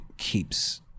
keeps